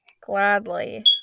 Gladly